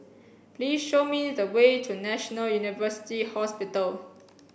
please show me the way to National University Hospital